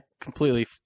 completely